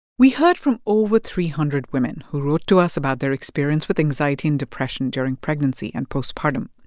we heard from over three hundred women who wrote to us about their experience with anxiety and depression during pregnancy and postpartum.